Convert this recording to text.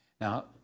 Now